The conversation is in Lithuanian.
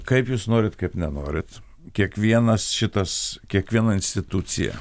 kaip jūs norit kaip nenorit kiekvienas šitas kiekviena institucija